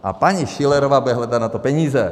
A paní Schillerová bude hledat na to peníze.